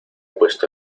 puesto